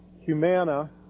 Humana